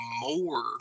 more